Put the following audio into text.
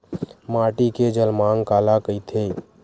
माटी के जलमांग काला कइथे?